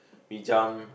we jump